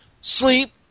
Sleep